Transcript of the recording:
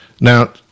Now